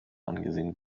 angesehen